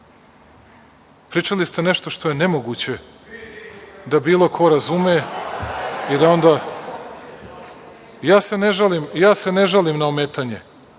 Pričali ste nešto što je nemoguće da bilo ko razume. Ja se ne žalim na ometanje